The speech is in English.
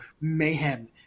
mayhem